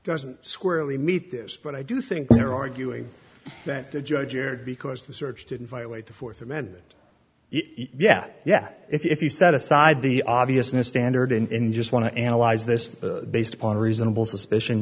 doesn't squarely meet this but i do think you're arguing that the judge erred because the search didn't violate the fourth amendment yeah yeah if you set aside the obviousness standard in just want to analyze this based on reasonable suspicion